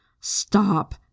Stop